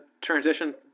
transition